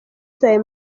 zawe